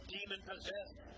Demon-possessed